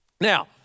Now